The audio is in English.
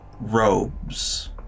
robes